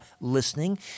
listening